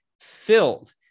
filled